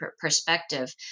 perspective